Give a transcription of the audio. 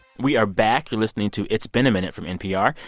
we are back. you're listening to it's been a minute from npr,